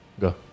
go